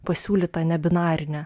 pasiūlyta ne binarine